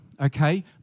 okay